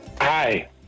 Hi